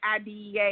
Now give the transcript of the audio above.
IDEA